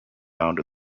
found